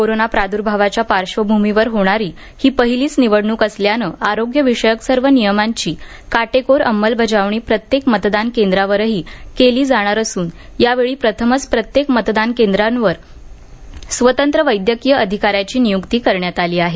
corona प्रादूर्भावाच्या पार्श्वभूमीवर होणारी ही पहिलीच निवडणूक असल्यानं आरोग्यविषयक सर्व नियमांची काटेकोर अंमलबजावणी प्रत्येक मतदान केंद्रावरही केली जाणार असून यावेळी प्रथमच प्रत्येक मतदान केंद्रावर स्वतंत्र वैद्यकीय अधिकाऱ्याची नियुक्ती करण्यात आली आहे